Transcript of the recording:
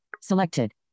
selected